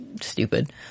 stupid